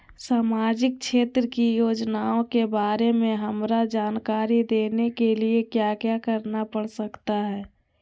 सामाजिक क्षेत्र की योजनाओं के बारे में हमरा जानकारी देने के लिए क्या क्या करना पड़ सकता है?